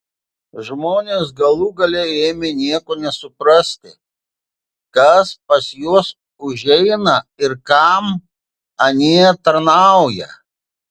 žmonės galų gale ėmė nieko nesuprasti kas pas juos užeina ir kam anie tarnauja